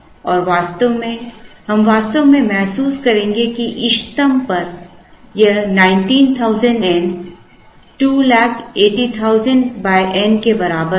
और वास्तव में हम वास्तव में महसूस करेंगे कि इष्टतम पर यह 19000 n 280000 n के बराबर होगा